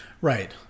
Right